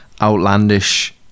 outlandish